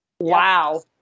wow